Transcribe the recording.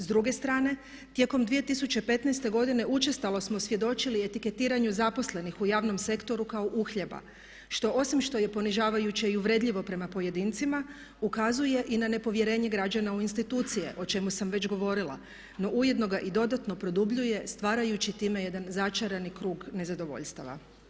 S druge strane tijekom 2015.godine učestalo smo svjedočili etiketiranju zaposlenih u javnom sektoru kao uhljeba što osim što je ponižavajuće i uvredljivo prema pojedincima ukazuje i na nepovjerenje građana u institucije o čemu sam već govorila no ujedno ga i dodatno produbljuje stvarajući time jedan začarani krug nezadovoljstava.